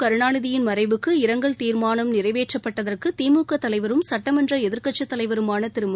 கருணாநிதியின் மறைவுக்கு இரங்கல் தீர்மானம் நிறைவேற்றப்பட்டதற்கு திமுக தலைவரும் சட்டமன்ற எதிர்க்கட்சித் தலைவருமான திரு மு